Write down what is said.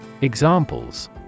Examples